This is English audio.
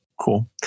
Cool